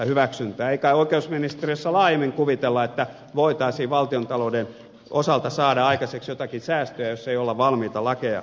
ei kai oikeusministeriössä laajemmin kuvitella että voitaisiin valtiontalouden osalta saada aikaiseksi joitakin säästöjä jos ei olla valmiita lakeja muuttamaan